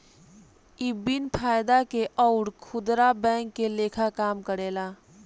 इ बिन फायदा के अउर खुदरा बैंक के लेखा काम करेला